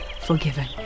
forgiven